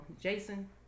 Jason